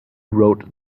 wrote